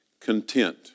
content